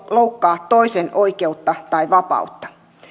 loukkaa toisen oikeutta tai vapautta